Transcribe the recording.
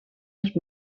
els